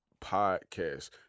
Podcast